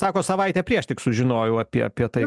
sako savaitę prieš tik sužinojau apie apie tai